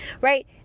right